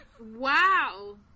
Wow